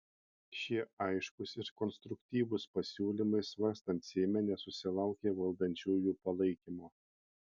šie aiškūs ir konstruktyvūs pasiūlymai svarstant seime nesusilaukė valdančiųjų palaikymo